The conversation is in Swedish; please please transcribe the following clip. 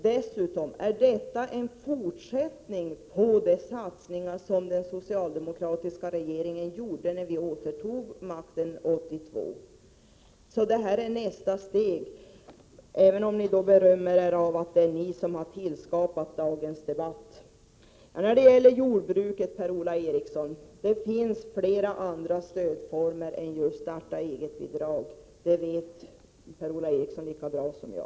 Dessutom är detta en fortsättning på de satsningar som den socialdemokratiska regeringen började göra när vi socialdemokrater återtog makten. Det är alltså nästa steg, även om ni berömmer er av att det är ni som har åstadkommit dagens debatt. För jordbruket finns det flera andra stödformer än starta-eget-bidraget — det vet Per-Ola Eriksson lika bra som jag.